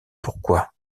pourquoi